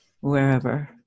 wherever